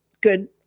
good